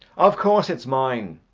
of course it's mine.